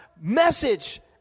message